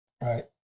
right